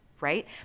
right